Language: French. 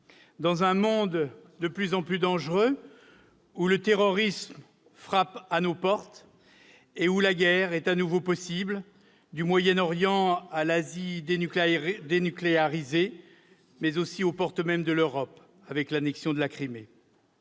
dans un monde de plus en plus dangereux, où le terrorisme frappe à nos portes et où la guerre est à nouveau possible, du Moyen-Orient à l'Asie nucléarisée, mais aussi aux frontières de l'Europe, avec l'annexion de la Crimée.